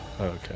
okay